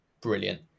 brilliant